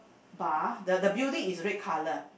bar the the building is red colour